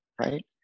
right